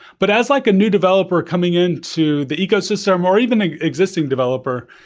but as like a new developer coming into the ecosystem, or even ah existing developer,